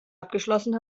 abgeschlossen